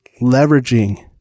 leveraging